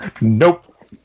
Nope